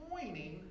pointing